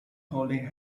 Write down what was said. holding